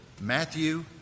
Matthew